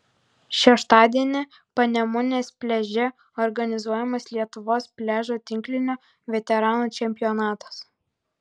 šeštadienį panemunės pliaže organizuojamas lietuvos pliažo tinklinio veteranų čempionatas